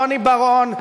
ורוני בר-און,